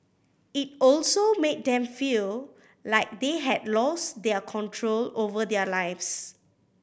it also made them feel like they had lost their control over their lives